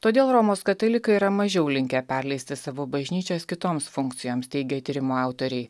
todėl romos katalikai yra mažiau linkę perleisti savo bažnyčias kitoms funkcijoms teigia tyrimo autoriai